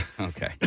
Okay